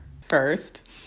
First